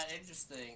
interesting